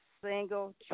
single